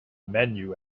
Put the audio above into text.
menu